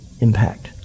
impact